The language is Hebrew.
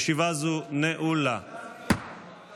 הישיבה הבאה תתקיים היום,